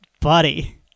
Buddy